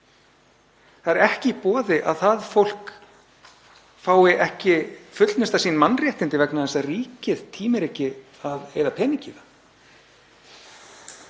Það er ekki í boði að það fólk fái ekki fullnustað mannréttindi sín vegna þess að ríkið tímir ekki að eyða pening